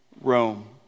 Rome